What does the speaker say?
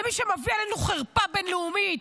זה מי שמביא עלינו חרפה בין-לאומית,